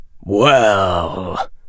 Well